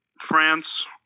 France